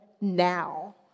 now